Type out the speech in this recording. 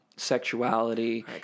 sexuality